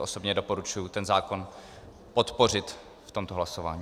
Osobně doporučuji zákon podpořit v tomto hlasování.